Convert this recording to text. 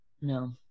No